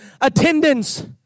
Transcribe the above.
attendance